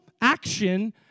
action